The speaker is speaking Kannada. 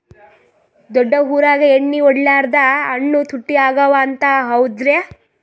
ದೊಡ್ಡ ಊರಾಗ ಎಣ್ಣಿ ಹೊಡಿಲಾರ್ದ ಹಣ್ಣು ತುಟ್ಟಿ ಅಗವ ಅಂತ, ಹೌದ್ರ್ಯಾ?